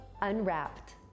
Unwrapped